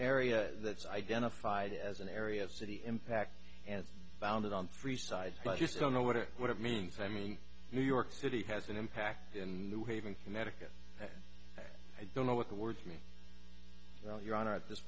area that's identified as an area of city impact and founded on three sides but just don't know what it what it means i mean new york city has an impact in new haven connecticut i don't know what the word me your honor at this